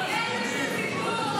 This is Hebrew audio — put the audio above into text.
גם אם זה קשה.